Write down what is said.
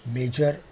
major